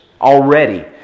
already